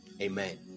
Amen